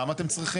למה אתם צריכים,